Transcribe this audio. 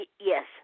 Yes